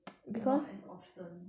not as often